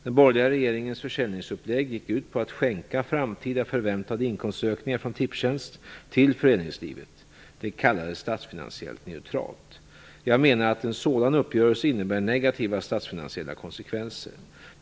Den borgerliga regeringens försäljningsupplägg gick ut på att skänka framtida förväntade inkomstökningar från Tipstjänst till föreningslivet. Det kallades statsfinansiellt neutralt. Jag menar att en sådan uppgörelse innebär negativa statsfinansiella konsekvenser.